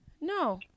no